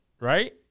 right